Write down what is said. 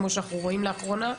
כמו שאנחנו רואים לאחרונה.